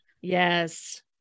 Yes